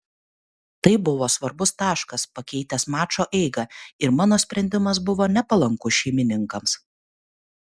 tai buvo svarbus taškas pakeitęs mačo eigą ir mano sprendimas buvo nepalankus šeimininkams